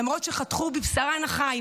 למרות שחתכו בבשרן החי,